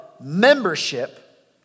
membership